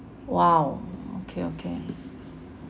!wow! okay okay